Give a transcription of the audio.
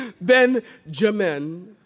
Benjamin